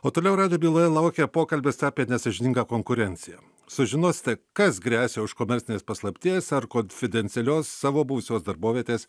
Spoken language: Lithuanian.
o toliau radijo byloje laukia pokalbis apie nesąžiningą konkurenciją sužinosite kas gresia už komercinės paslapties ar konfidencialios savo buvusios darbovietės